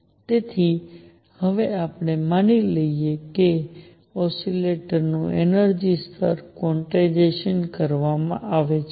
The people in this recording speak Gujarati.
તેથી હવેથી આપણે માની લઈએ છીએ કે ઓસિલેટરનું એનર્જિ સ્તર ક્વોન્ટાઇઝ કરવામાં આવે છે